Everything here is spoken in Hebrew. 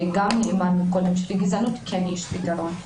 וגם הבנו קודם שלגזענות יש פתרון.